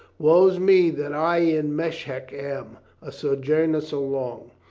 woe's me that i in meshec am a sojourner so long,